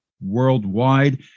worldwide